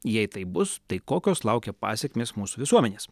jei taip bus tai kokios laukia pasekmės mūsų visuomenės